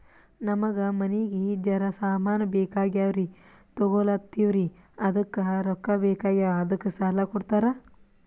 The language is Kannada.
ನಮಗ ಮನಿಗಿ ಜರ ಸಾಮಾನ ಬೇಕಾಗ್ಯಾವ್ರೀ ತೊಗೊಲತ್ತೀವ್ರಿ ಅದಕ್ಕ ರೊಕ್ಕ ಬೆಕಾಗ್ಯಾವ ಅದಕ್ಕ ಸಾಲ ಕೊಡ್ತಾರ?